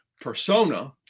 persona